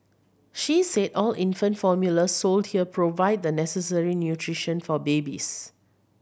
she said all infant formula sold here provide the necessary nutrition for babies